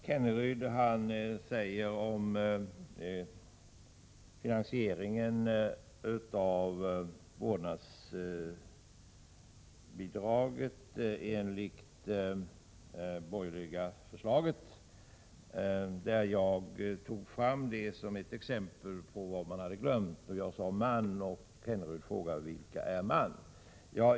Herr talman! Rolf Kenneryd tar upp finansieringen av vårdnadsbidraget enligt det borgerliga förslaget, som jag tog fram som ett exempel på vad man hade glömt. Jag sade ”man”, och Rolf Kenneryd frågar vilka ”man” är.